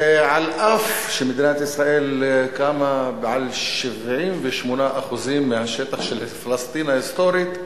ואף שמדינת ישראל קמה על 78% מהשטח של פלסטין ההיסטורית,